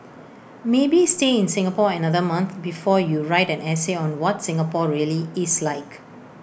maybe stay in Singapore another month before you write an essay on what Singapore really is like